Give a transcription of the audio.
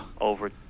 over